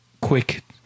quick